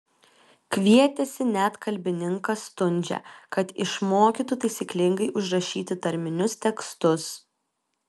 kvietėsi net kalbininką stundžią kad išmokytų taisyklingai užrašyti tarminius tekstus